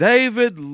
David